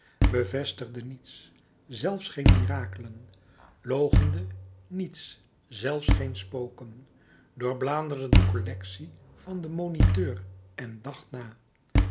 bevestigde niets zelfs geen mirakelen loochende niets zelfs geen spoken doorbladerde de collectie van den moniteur en dacht na